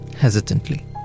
hesitantly